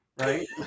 Right